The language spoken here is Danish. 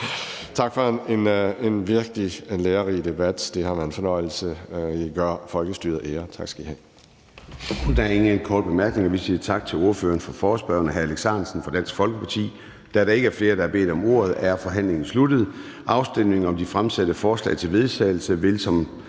Tak for en virkelig lærerig debat. Det har været en fornøjelse. I gør folkestyret ære. Tak skal I have.